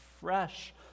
fresh